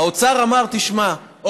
האוצר אמר: תשמעו,